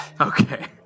Okay